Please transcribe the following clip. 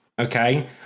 okay